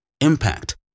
impact